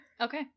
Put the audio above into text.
Okay